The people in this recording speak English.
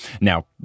Now